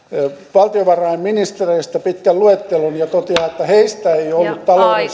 valtiovarainministereistä pitkän luettelon ja toteaa että heistä ei